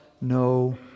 no